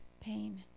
pain